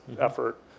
effort